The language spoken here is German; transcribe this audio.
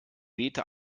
wehte